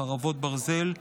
חרבות ברזל)